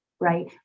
right